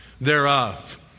thereof